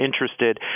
interested